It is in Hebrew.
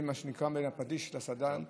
מה שנקרא, בין הפטיש לסדן.